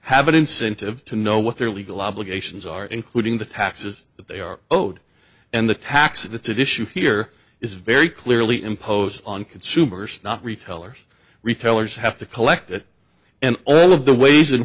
have an incentive to know what their legal obligations are including the taxes that they are owed and the taxes that's an issue here is very clearly imposed on consumers not retailers retailers have to collect it and all of the ways in